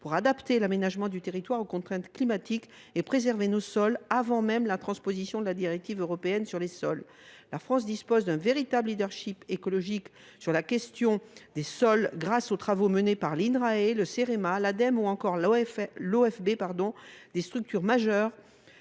pour adapter l’aménagement du territoire aux contraintes climatiques et préserver nos sols avant même la transposition de la future directive européenne sur les sols. La France dispose d’un véritable leadership écologique sur la question des sols, grâce aux travaux menés par l’Institut national de recherche pour